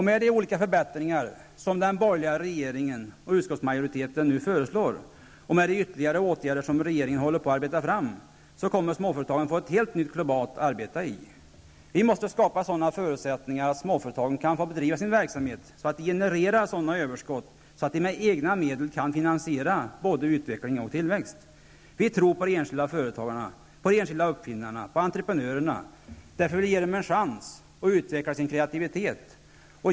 Med de olika förbättringar som den borgerliga regeringen och utskottsmajoriteten nu föreslår samt med de ytterligare åtgärder som regeringen håller på att arbeta fram, kommer småföretagen att få ett helt nytt klimat att arbeta i. Vi måste skapa sådana förutsättningar att småföretagen kan få bedriva sin verksamhet så att de genererar sådana överskott att de med egna medel kan finansiera både utveckling och tillväxt. Vi tror på de enskilda företagarna, uppfinnarna och entreprenörerna. Därför vill vi ge dem en chans att utveckla sin kreativitet.